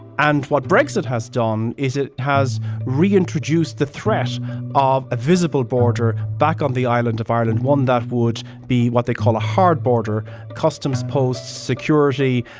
and what brexit has done is it has reintroduced the threat of a visible border back on the island of ireland, one that would be what they call a hard border customs posts, security.